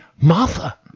Martha